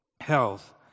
health